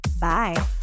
Bye